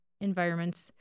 environments